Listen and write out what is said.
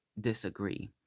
disagree